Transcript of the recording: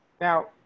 Now